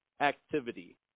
activity